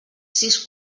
sis